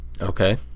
Okay